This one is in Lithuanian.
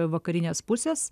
vakarinės pusės